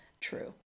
True